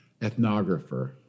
ethnographer